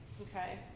Okay